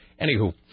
Anywho